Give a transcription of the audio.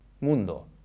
Mundo